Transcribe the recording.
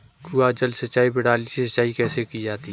कुआँ जल सिंचाई प्रणाली से सिंचाई कैसे की जाती है?